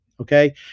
Okay